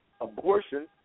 Abortion